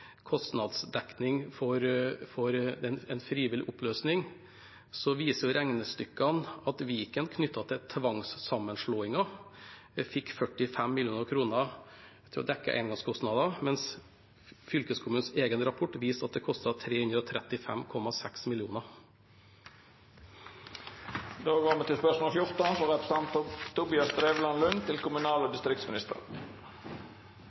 kostnadsdekning for en frivillig oppløsning, viser regnestykkene at Viken knyttet til tvangssammenslåingen fikk 45 mill. kr til å dekke engangskostnader, mens fylkeskommunens egen rapport viser at det kostet 335,6 mill. kr. «Den nye regjeringa og Sosialistisk Venstreparti bevilger sårt tiltrengte ekstra frie midler til